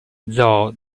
zoo